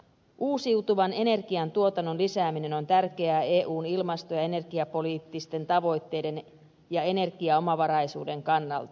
uusiutuvan energian tuotannon lisääminen on tärkeää eun ilmasto ja energiapoliittisten tavoitteiden ja energiaomavaraisuuden kannalta